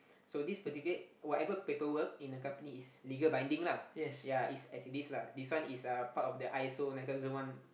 so this particular whatever paperwork in a company is legal binding lah ya it's as it is lah this one is uh part of the i_s_o nine thousand one